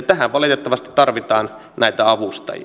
tähän valitettavasti tarvitaan näitä avustajia